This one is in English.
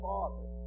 Father